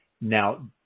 Now